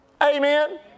Amen